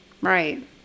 Right